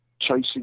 chasing